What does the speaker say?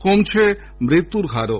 কমছে মৃত্যুর হারও